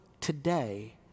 today